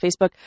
Facebook